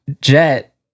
Jet